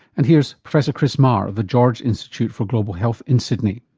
and here's professor chris maher of the george institute for global health in sydney.